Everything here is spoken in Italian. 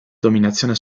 dominazione